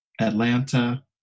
Atlanta